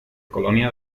colonia